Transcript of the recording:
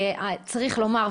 צריך לומר,